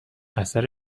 اثر